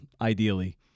ideally